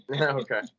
Okay